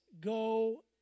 go